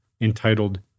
entitled